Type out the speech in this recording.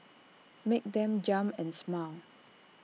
make them jump and smile